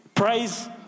Praise